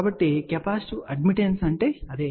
కాబట్టి capacitive admittance అంటే అదే